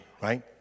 right